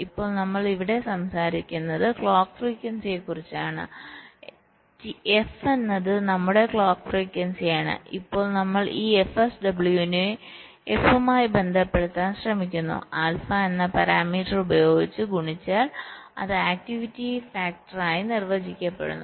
ഇപ്പോൾ നമ്മൾ ഇവിടെ സംസാരിക്കുന്നത് ക്ലോക്ക് ഫ്രീക്വൻസിയെക്കുറിച്ചാണ് f എന്നത് നമ്മുടെ ക്ലോക്ക് ഫ്രീക്വൻസിയാണ് ഇപ്പോൾ നമ്മൾ ഈ fSW നെ f മായി ബന്ധപ്പെടുത്താൻ ശ്രമിക്കുന്നു ആൽഫ എന്ന പാരാമീറ്റർ ഉപയോഗിച്ച് ഗുണിച്ചാൽ അത് ആക്ടിവിറ്റി ഫാക്ടർ ആയി നിർവചിക്കപ്പെടുന്നു